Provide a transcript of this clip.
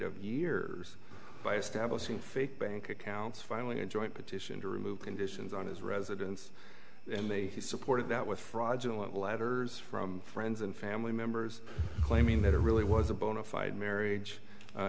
of years by establishing fake bank accounts finally a joint petition to remove conditions on his residence and they supported that with fraudulent letters from friends and family members claiming that it really was a bona fide marriage